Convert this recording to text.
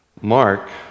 Mark